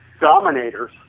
dominators